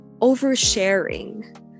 oversharing